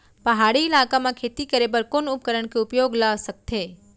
पहाड़ी इलाका म खेती करें बर कोन उपकरण के उपयोग ल सकथे?